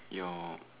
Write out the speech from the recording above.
your